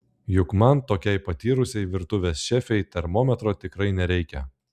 juk man tokiai patyrusiai virtuvės šefei termometro tikrai nereikia